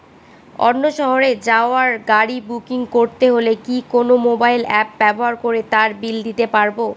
অন্য শহরে যাওয়ার গাড়ী বুকিং করতে হলে কি কোনো মোবাইল অ্যাপ ব্যবহার করে তার বিল দিতে পারব?